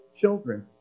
children